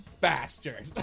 bastard